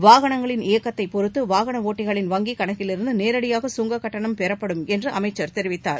வாகனங்களின் இயக்கத்தை பொருத்து வாகன ஓட்டிகளின் வங்கி கணக்கிலிருந்து நேரடியாக சுங்க கட்டணம் பெறப்படும் என்று அமைச்சர் தெரிவித்தார்